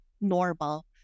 normal